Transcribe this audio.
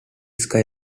sky